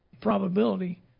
probability